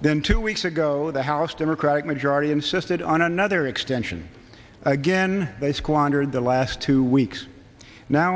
then two weeks ago the house democratic majority insisted on another extension again they squandered the last two weeks now